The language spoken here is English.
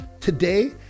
Today